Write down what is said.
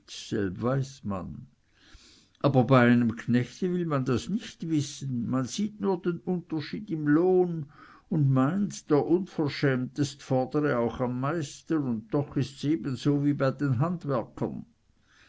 weiß man aber bei einem knechte will man das nicht wissen man sieht nur den unterschied im lohn und meint der unverschämtest fordere auch am meisten und doch ists ebenso wie bei den handwerkern